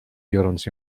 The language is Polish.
biorąc